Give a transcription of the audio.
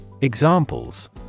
Examples